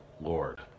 Lord